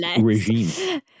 regime